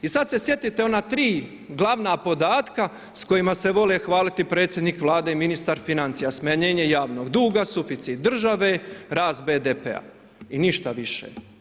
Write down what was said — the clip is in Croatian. I sad se sjetite ona tri glavna podatka s kojima se vole hvaliti predsjednik Vlade i ministar financija, smanjenje javnog duha, suficit države, rast BDP-a i ništa više.